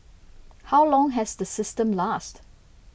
how long has the system lasted